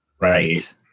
Right